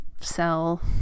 sell